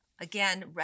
again